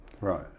right